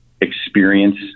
experience